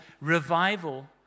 revival